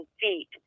feet